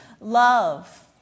Love